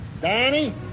Danny